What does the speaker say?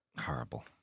Horrible